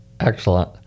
Excellent